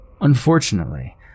Unfortunately